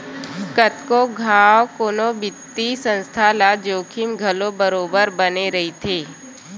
कतको घांव कोनो बित्तीय संस्था ल जोखिम घलो बरोबर बने रहिथे